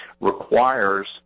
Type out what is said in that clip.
requires